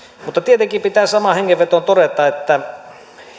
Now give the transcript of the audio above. mutta tietenkin pitää samaan hengenvetoon todeta että